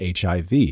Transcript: HIV